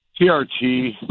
TRT